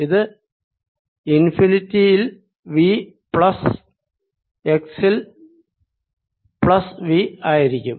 ഇത് ഇൻഫിനിറ്റിയിൽ V plus എക്സിൽ പ്ലസ് V ആയിരിക്കും